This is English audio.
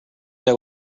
that